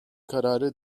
kararı